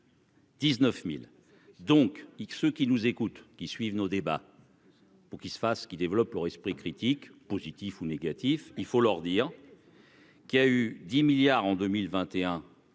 19000 donc y'que ceux qui nous écoutent, qui suivent nos débats. Pour qu'il se fasse qu'qui développent leur esprit critique positif ou négatif, il faut leur dire. Qui a eu 10 milliards en 2021